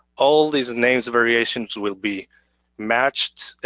all these names variations will be matched